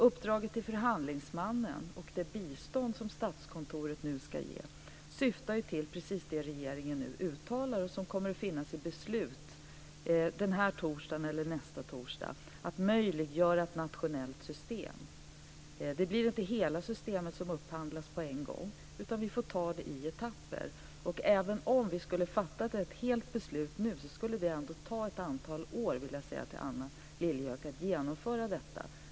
Uppdraget till förhandlingsmannen och det bistånd som Statskontoret ska ge syftar till precis det regeringen nu uttalar och som kommer att finnas i beslut den här torsdagen eller nästa, att möjliggöra ett nationellt system. Det blir inte hela systemet som upphandlas på en gång, utan vi får ta det i etapper. Även om vi skulle fatta ett helt beslut nu, skulle det ändå ta ett antal år, vill jag säga till Anna Lilliehöök, att genomföra detta.